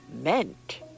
meant